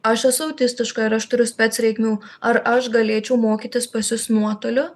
aš esu autistiška ir aš turiu spec reikmių ar aš galėčiau mokytis pas jus nuotoliu